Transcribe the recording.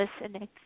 listening